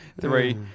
three